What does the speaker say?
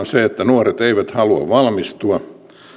se että nuoret eivät halua valmistua